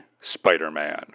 Spider-Man